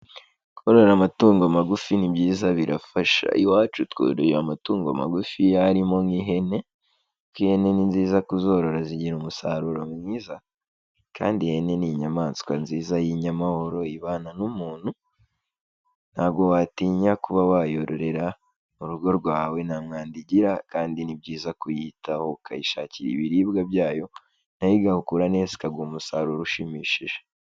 Korora amatungo magufi ni byiza birafasha, iwacu tworoye amatungo magufi arimo nk'ihene, kuko ihene ni nziza kuzorora, zigira umusaruro mwiza, kandi ihene ni inyamaswa nziza y'inyamahoro ibana n'umuntu, nta watinya kuba wayororera mu rugo rwawe, nta mwanda igira kandi ni byiza kuyitaho ukayishakira ibiribwa byayo na yo igakura neza, ikaguha umusaruro ushimishije.